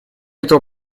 этого